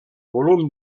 volum